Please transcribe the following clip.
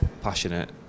passionate